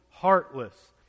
heartless